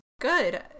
Good